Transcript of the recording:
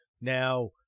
Now